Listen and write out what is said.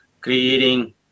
creating